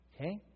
Okay